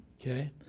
okay